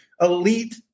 elite